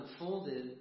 unfolded